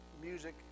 music